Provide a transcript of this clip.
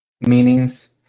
meanings